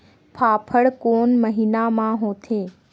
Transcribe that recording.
फाफण कोन महीना म होथे?